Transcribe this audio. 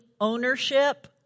ownership